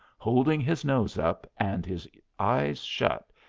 holding his nose up and his eyes shut,